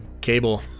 cable